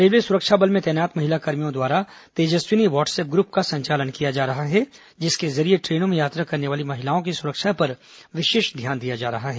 railway सुरक्षा बल में तैनात महिलाकर्मियों द्वारा तेजस्विनी व्हाट्सअप ग्रुप का संचालन किया जा रहा है जिसके जरिये ट्रेनों में यात्रा करने वाली महिलाओं की सुरक्षा पर विशेष ध्यान दिया जा रहा है